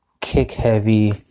kick-heavy